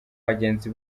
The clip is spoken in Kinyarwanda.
bagenzi